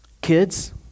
Kids